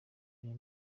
iyo